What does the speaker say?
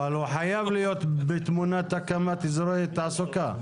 אבל הוא חייב להיות בתמונת הקמת אזורי תעסוקה,